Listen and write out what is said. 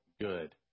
good